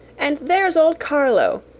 and there's old carlo!